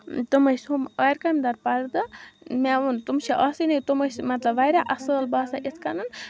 تِم ٲسۍ ہُم آرِ کامہِ دار پردٕ مےٚ وون تِم چھِ آسٲنی تِم ٲسۍ مَطلَب واریاہ اصل باسان اِتھ کٔنن